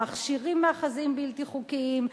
מכשירים מאחזים בלתי חוקיים,